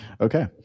okay